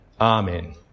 Amen